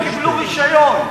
הם קיבלו רשיון.